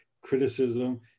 criticism